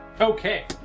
Okay